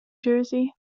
jersey